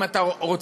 אם אתה רוצה,